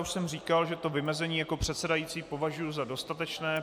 Už jsem říkal, že to vymezení jako předsedající považuji za dostatečné.